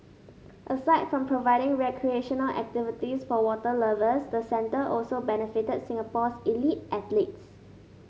aside from providing recreational activities for water lovers the centre also benefited Singapore's elite athletes